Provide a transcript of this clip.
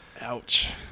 Ouch